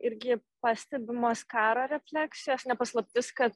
irgi pastebimos karo refleksijos ne paslaptis kad